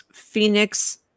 Phoenix